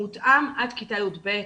מותאם עד כיתה י"ב.